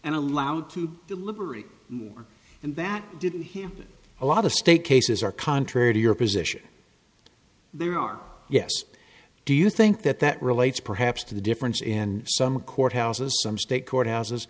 and allowed to deliberate more and that didn't happen a lot of state cases are contrary to your position there are yes do you think that that relates perhaps to the difference in some a court houses some state court houses